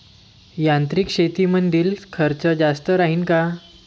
यांत्रिक शेतीमंदील खर्च जास्त राहीन का?